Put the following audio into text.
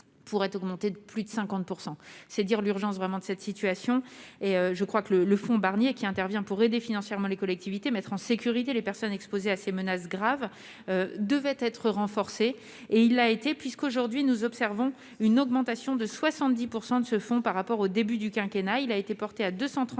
pourrait augmenter de plus de 50 %. C'est dire l'urgence de la situation ! Le fonds Barnier, qui intervient pour aider financièrement les collectivités et mettre en sécurité les personnes exposées à ces menaces graves, devait être renforcé. Il l'a été, puisque nous pouvons observer une augmentation de 70 % du montant des crédits de ce fonds par rapport au début du quinquennat. Il a été porté à 235